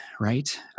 right